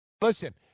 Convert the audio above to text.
Listen